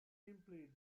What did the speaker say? nameplate